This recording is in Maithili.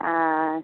हँ